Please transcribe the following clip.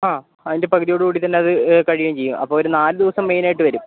ആ അതിന്റെ പകുതിയോട് കൂടി തന്നെ അത് കഴിയുകയും ചെയ്യും അപ്പം ഒരു നാല് ദിവസം മെയിൻ ആയിട്ട് വരും